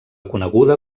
coneguda